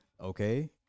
Okay